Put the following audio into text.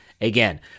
again